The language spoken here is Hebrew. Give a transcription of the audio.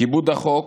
כיבוד החוק,